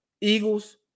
Eagles